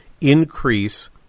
increase